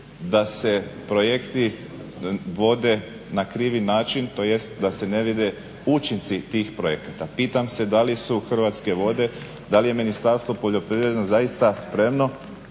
da se projekti vode na krivi način tj. da se ne vide učinci tih projekata. Pitam se da li su Hrvatske vode, da li je Ministarstvo poljoprivrede zaista spremno